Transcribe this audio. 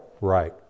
Right